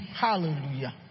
Hallelujah